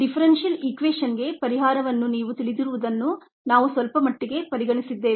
differential ಇಕ್ವಷನ್ಗೆ ಪರಿಹಾರವನ್ನು ನೀವು ತಿಳಿದಿರುವುದನ್ನು ನಾವು ಸ್ವಲ್ಪಮಟ್ಟಿಗೆ ಪರಿಗಣಿಸುತ್ತಿದ್ದೇವೆ